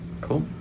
Cool